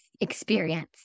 experience